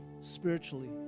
spiritually